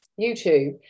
YouTube